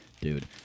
Dude